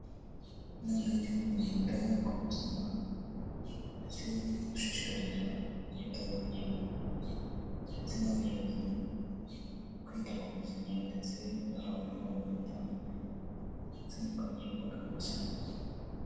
Inama y'igihugu yita ku buzima ndetse no gushishikariza abaturarwanda ndetse n'abayobozi, kwita ku buzima ndetse bahabwa amahugurwa atandukanye ndetse n'ubukangurambaga muri rusange.